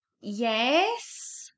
Yes